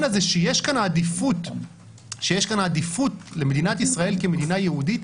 הזה שיש כאן עדיפות למדינת ישראל כמדינה יהודית,